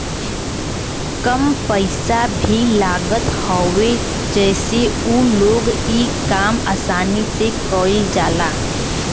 कम पइसा भी लागत हवे जसे उ लोग इ काम आसानी से कईल जाला